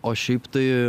o šiaip tai